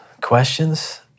questions